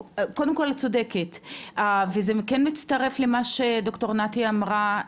קודם כל את צודקת וזה כן מצטרף למה שד"ר נתי אמרה.